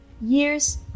years